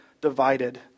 divided